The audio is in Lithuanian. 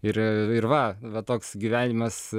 ir ir va va toks gyvenimas